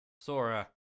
Sora